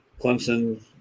Clemson